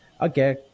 Okay